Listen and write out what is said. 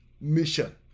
mission